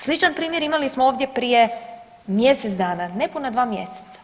Sličan primjer imali smo ovdje prije mjesec dana, nepuna dva mjeseca.